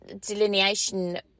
delineation